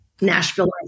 Nashville